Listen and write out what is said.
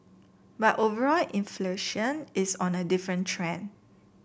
but overall inflation is on a different trend